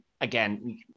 again